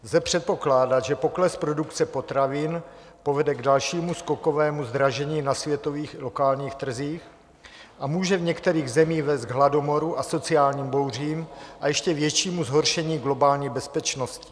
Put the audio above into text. Lze předpokládat, že pokles produkce potravin povede k dalšímu skokovému zdražení na světových i lokálních trzích a může v některých zemích vést k hladomoru, sociálním bouřím a k ještě většímu zhoršení globální bezpečnosti.